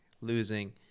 losing